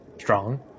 strong